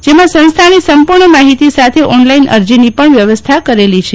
જેમાં સંસ્થાની સંપૂર્ણ માહિતી સાથે ઓનલાઈન અરજીની પણ વ્યવસ્થા કરેલી છે